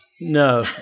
no